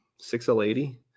6L80